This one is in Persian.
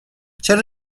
چرا